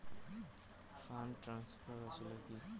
Fund transfer আসলে কী?